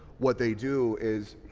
what they do is,